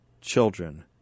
children